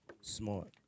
smart